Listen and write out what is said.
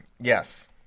Yes